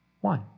one